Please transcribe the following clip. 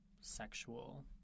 sexual